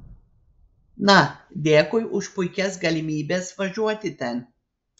na dėkui už puikias galimybės važiuoti ten